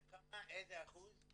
כמה, איזה אחוז?